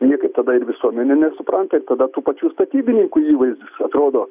niekaip tada ir visuomenė nesupranta ir tada tų pačių statybininkų įvaizdis atrodo